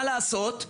מה לעשות,